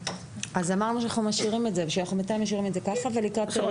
אז אמרנו שאנחנו בינתיים משאירים את זה ככה ולקראת קריאה